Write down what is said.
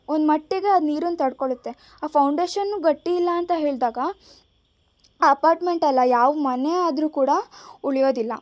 ಒಂದು ಮಟ್ಟಿಗೆ ಅದು ನೀರನ್ನು ತಡ್ಕೊಳತ್ತೆ ಆ ಫೌಂಡೇಶನ್ ಗಟ್ಟಿ ಇಲ್ಲ ಅಂತ ಹೇಳಿದಾಗ ಆ ಅಪಾರ್ಟ್ಮೆಂಟ್ ಅಲ್ಲ ಯಾವ ಮನೆ ಆದರೂ ಕೂಡ ಉಳಿಯೋದಿಲ್ಲ